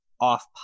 off